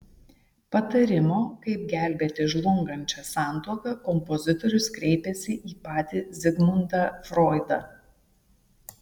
patarimo kaip gelbėti žlungančią santuoką kompozitorius kreipėsi į patį zigmundą froidą